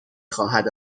خواهد